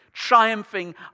triumphing